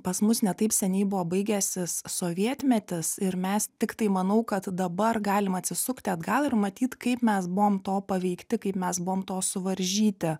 pas mus ne taip seniai buvo baigęsis sovietmetis ir mes tiktai manau kad dabar galim atsisukti atgal ir matyt kaip mes buvom to paveikti kaip mes buvom to suvaržyti